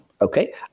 Okay